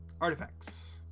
artifacts